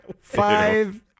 five